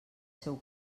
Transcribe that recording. seu